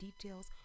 details